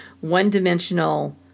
one-dimensional –